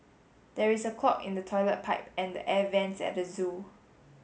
there is a clog in the toilet pipe and the air vents at the zoo